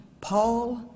Paul